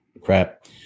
crap